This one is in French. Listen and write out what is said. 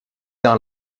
dans